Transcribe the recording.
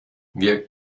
wir